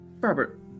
Robert